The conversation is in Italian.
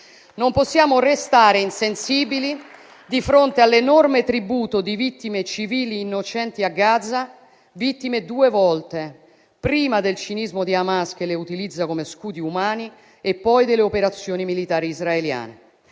Non possiamo restare insensibili di fronte all'enorme tributo di vittime civili innocenti a Gaza, vittime due volte: prima del cinismo di Hamas, che le utilizza come scudi umani, e poi delle operazioni militari israeliane.